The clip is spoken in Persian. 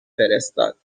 فرستاد